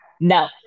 No